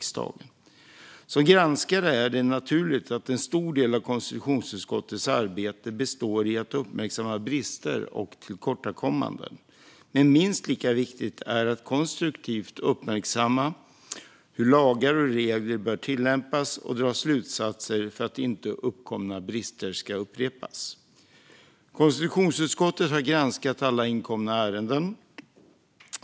Som granskare är det naturligt att en stor del av konstitutionsutskottets arbete består i att uppmärksamma brister och tillkortakommanden, men minst lika viktigt är att konstruktivt uppmärksamma hur lagar och regler bör tillämpas och dra slutsatser för att inte uppkomna brister ska upprepas. Konstitutionsutskottet har granskat alla inkomna ärenden.